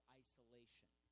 isolation